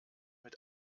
mit